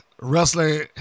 wrestling